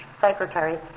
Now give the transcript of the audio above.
secretary